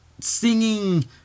singing